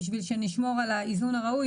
כשהוא מנגנון שיש לו חשיבות גדולה בחיים הדמוקרטיים